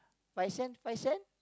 five cent five cent